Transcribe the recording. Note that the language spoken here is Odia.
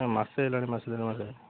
ମାସେ ହେଲାଣି ମାସେ ଦେଢ଼ ମାସେ